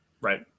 Right